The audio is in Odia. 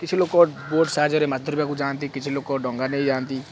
କିଛି ଲୋକ ବୋଟ୍ ସାହାଯ୍ୟରେ ମାଛ ଧରିବାକୁ ଯାଆନ୍ତି କିଛି ଲୋକ ଡଙ୍ଗା ନେଇଯାଆନ୍ତି